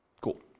Cool